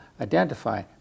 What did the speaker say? identify